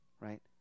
right